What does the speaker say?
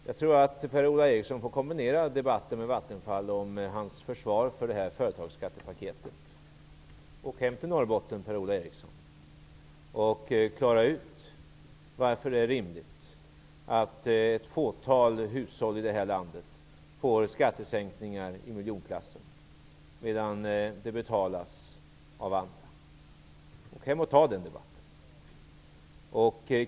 Jag tror att Per-Ola Eriksson får kombinera debatten om Vattenfall med sitt försvar av företagsskattepaketet. Åk hem till Norrbotten, Per-Ola Eriksson, och förklara varför det är rimligt att ett fåtal hushåll i det här landet får skattesänkningar i miljonklassen medan andra får betala det. Åk hem och ta den debatten!